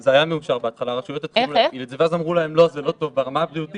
זה בעצם הדבר היחיד שיש